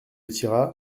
tira